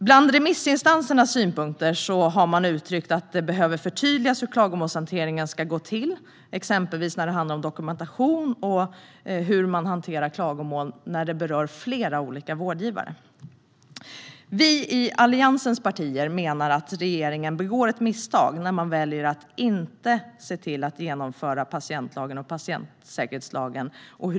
I remissinstansernas synpunkter har man uttryckt att det behöver förtydligas hur klagomålshanteringen ska gå till, exempelvis när det handlar om dokumentation av hur man hanterar klagomål när de berör flera olika vårdgivare. Vi i Alliansens partier menar att regeringen begår ett misstag när man väljer att inte genomföra patientlagen och patientsäkerhetslagen.